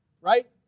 right